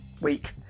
week